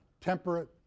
temperate